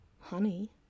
honey